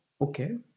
Okay